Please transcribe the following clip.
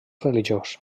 religiós